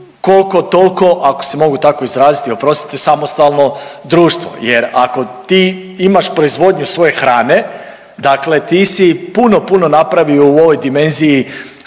koliko tolko ako se mogu tako izraziti oprostite samostalno društvo jer ako ti imaš proizvodnju svoje hrane dakle ti si puno, puno napravio u ovoj dimenziji